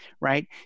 right